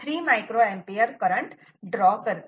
3 micro ampere current draw करते